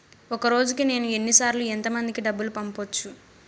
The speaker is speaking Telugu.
ఒక రోజుకి నేను ఎన్ని సార్లు ఎంత మందికి డబ్బులు పంపొచ్చు?